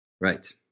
right